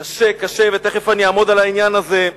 קשה, קשה, ותיכף אני אעמוד על העניין הזה.